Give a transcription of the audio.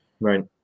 right